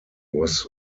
was